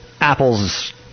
Apple's